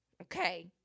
okay